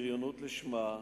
בריונות לשמה,